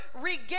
regain